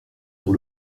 sur